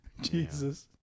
Jesus